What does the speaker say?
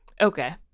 Okay